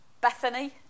Bethany